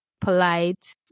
polite